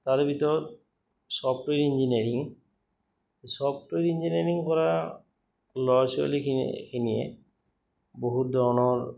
তাৰে ভিতৰত software engineering software engineering কৰা ল'ৰা ছোৱালীখিনখিনিয়ে বহুত ধৰণৰ